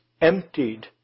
emptied